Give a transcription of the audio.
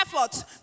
effort